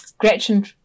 Gretchen